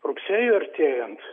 rugsėjui artėjant